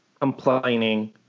Complaining